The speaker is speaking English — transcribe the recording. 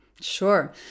Sure